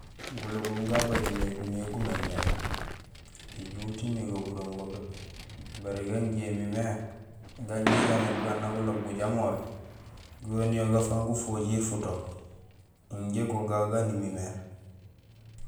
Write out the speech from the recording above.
Gulobum gabajomé duniyee gumémééŋ; ijut imi go burongo pépé baré ganjé imimé ganja ijaam mé bugaan nak guloob gujamoor goniyee gafang gufojiir futook injé go gagu gaan imimé.